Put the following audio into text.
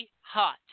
hot